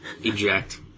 Eject